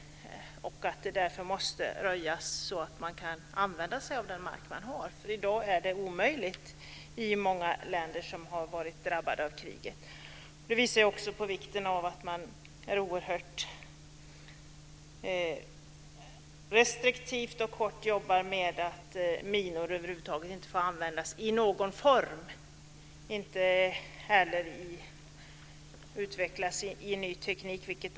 Därför måste det röjas så att det går att använda sig av den mark som finns. I dag är det omöjligt i många länder som har varit drabbade av krig. Detta visar på vikten av att vara oerhört restriktiv och jobba för att minor inte får användas i någon form över huvud taget eller utvecklas tekniskt.